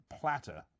platter